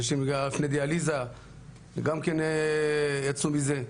היו אנשים לפני דיאליזה שגם יצאו מזה.